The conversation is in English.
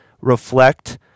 reflect